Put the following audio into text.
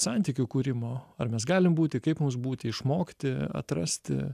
santykių kūrimo ar mes galim būti kaip mums būti išmokti atrasti